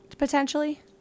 potentially